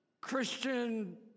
Christian